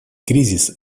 кризис